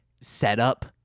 setup